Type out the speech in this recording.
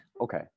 Okay